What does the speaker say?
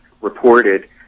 reported